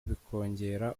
bikongera